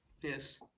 Yes